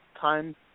time